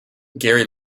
gary